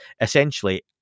Essentially